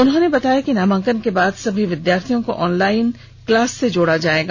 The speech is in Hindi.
उन्होंने बताया कि नामांकन के बाद सभी विद्यार्थियों को ऑनलाइन क्लास से जोड़ा जाएगा